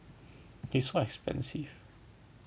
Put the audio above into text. eh so expensive